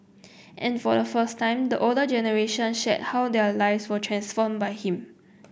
and for the first time the older generation shared how their lives were transformed by him